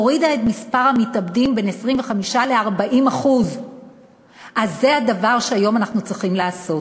הורידה את מספר המתאבדים ב-25% 40%. אז זה הדבר שהיום אנחנו צריכים לעשות.